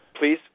Please